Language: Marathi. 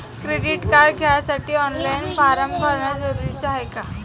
क्रेडिट कार्ड घ्यासाठी ऑनलाईन फारम भरन जरुरीच हाय का?